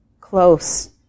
close